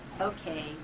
okay